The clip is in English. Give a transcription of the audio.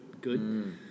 good